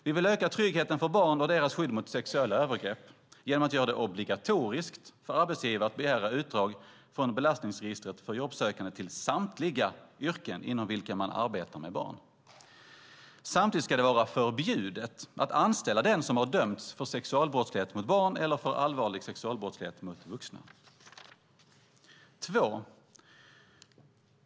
Vi vill öka tryggheten för barn och deras skydd mot sexuella övergrepp genom att göra det obligatoriskt för arbetsgivare att begära utdrag från belastningsregistret för jobbsökande till samtliga yrken inom vilka man arbetar med barn. Samtidigt ska det vara förbjudet att anställa den som har dömts för sexualbrottslighet mot barn eller för allvarlig sexualbrottslighet mot vuxna. 2.